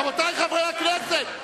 רבותי חברי הכנסת,